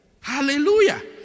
Hallelujah